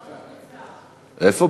איפה?